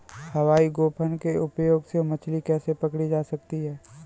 हवाई गोफन के उपयोग से मछली कैसे पकड़ी जा सकती है?